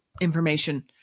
information